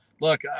look